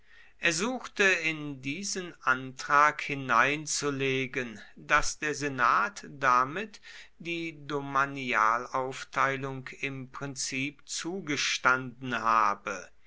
er suchte in diesen antrag hineinzulegen daß der senat damit die domanialaufteilung im prinzip zugestanden habe